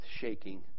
shaking